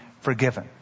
forgiven